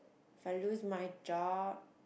if I lose my job